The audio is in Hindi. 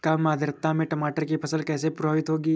कम आर्द्रता में टमाटर की फसल कैसे प्रभावित होगी?